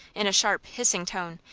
in a sharp, hissing tone,